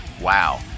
Wow